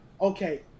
okay